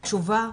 תשובה,